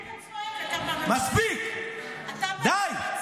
מספיק, די.